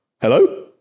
Hello